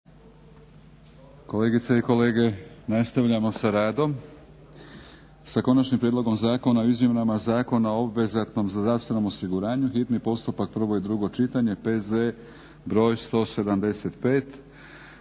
Kolegice i kolege nastavljamo. - Konačni prijedlog zakona o izmjenama Zakona o obveznom zdravstvenom osiguranju, hitni postupak, prvo i drugo čitanje, PZ br. 175